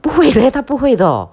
不会的他不会的 orh